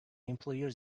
employers